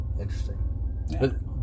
Interesting